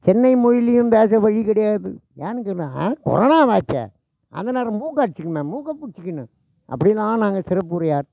சென்னை மொழியிலேயும் பேச வழி கிடையாது ஏன்னு கேட்டால் கொரோனாவாச்சே அந்த நேரம் மூக்கு அடைச்சிக்குமே மூக்கை பிடிச்சிக்கின்னு அப்படிலாம் நாங்கள் சிறப்பு உரையாட்